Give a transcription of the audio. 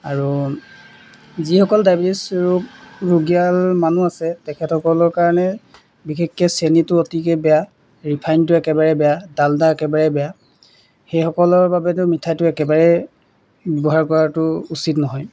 আৰু যিসকল ডায়েবেটিছ ৰোগ ৰোগীয়াল মানুহ আছে তেখেতসকলৰ কাৰণে বিশেষকৈ চেনিটো অতিকৈ বেয়া ৰিফাইনটো একেবাৰে বেয়া ডালদা একেবাৰে বেয়া সেইসকলৰ বাবেতো মিঠাইটো একেবাৰেই ব্যৱহাৰ কৰাটো উচিত নহয়